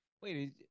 Wait